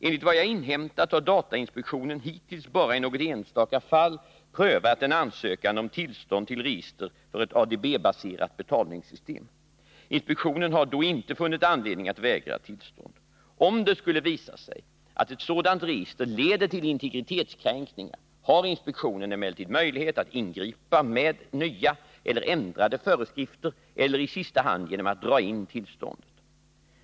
Enligt vad jag har inhämtat har datainspektionen hittills bara i något enstaka fall prövat en ansökan om tillstånd till register för ett ADB-baserat betalningssystem. Inspektionen har då inte funnit anledning att vägra tillstånd. Om det skulle visa sig att ett sådant register leder till integritetskränkningar, har inspektionen emellertid möjlighet att ingripa med nya eller ändrade föreskrifter eller i sista hand genom att dra in tillståndet.